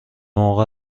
موقع